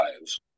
lives